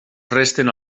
resten